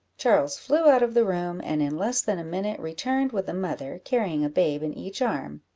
charles flew out of the room, and in less than a minute returned with the mother, carrying a babe in each arm.